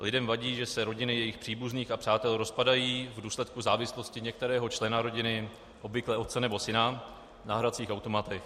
Lidem vadí, že se rodiny jejich příbuzných a přátel rozpadají v důsledku závislosti některého člena rodiny, obvykle otce nebo syna, na hracích automatech.